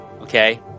Okay